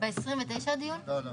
מודה לכם,